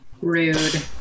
rude